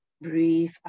breathe